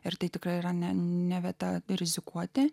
ir tai tikrai yra ne neverta rizikuoti